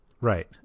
Right